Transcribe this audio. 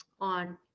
on